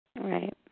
Right